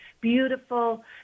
beautiful